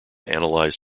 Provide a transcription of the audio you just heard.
analyse